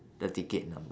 the ticket number